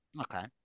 okay